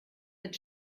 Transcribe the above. mit